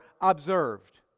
observed